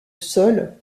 sol